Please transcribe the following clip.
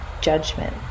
judgment